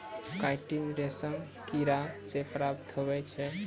chitin रेशम किड़ा से प्राप्त हुवै छै